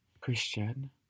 Christian